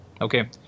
Okay